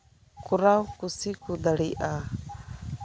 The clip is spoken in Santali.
ᱠᱚᱨᱟᱣ ᱠᱩᱥᱤ ᱠᱚ ᱫᱟᱲᱤᱭᱟᱜᱼᱟ